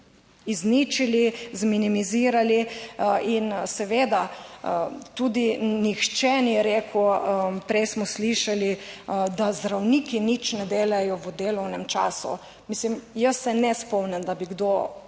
izničili, zminimizirali. In seveda tudi nihče ni rekel, prej smo slišali, da zdravniki nič ne delajo v delovnem času. Mislim, jaz se ne spomnim, da bi kdo